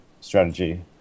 strategy